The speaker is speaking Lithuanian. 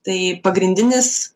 tai pagrindinis